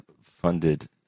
funded